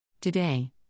Today